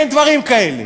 אין דברים כאלה.